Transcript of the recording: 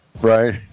right